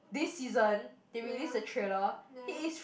this season they release the thriller he is